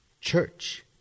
Church